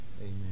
Amen